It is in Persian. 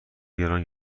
گران